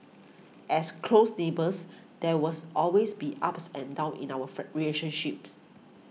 as close neighbours there was always be ups and downs in our fer relationships